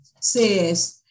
says